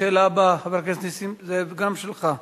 השאלה הבאה, חבר הכנסת נסים זאב, גם היא שלך,